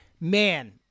man